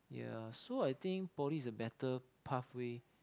ya so I think poly is a better pathway